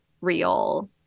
real